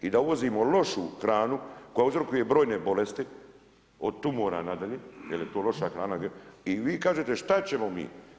I da uvozimo lošu hranu koja uzrokuje brojne bolesti od tumora nadalje, jel je to hrana i vi kažete šta ćemo mi.